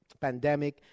pandemic